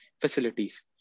facilities